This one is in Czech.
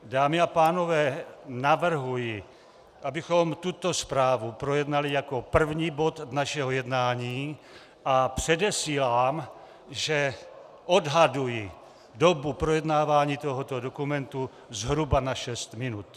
Dámy a pánové, navrhuji, abychom tuto zprávu projednali jako první bod našeho jednání, a předesílám, že odhaduji dobu projednávání tohoto dokumentu zhruba na šest minut.